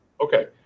Okay